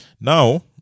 Now